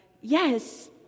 yes